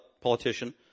politician